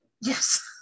Yes